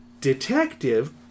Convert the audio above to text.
detective